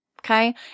okay